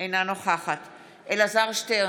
אינה נוכחת אלעזר שטרן,